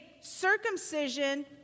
circumcision